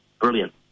Brilliant